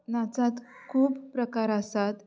नाचांत खूब प्रकार आसात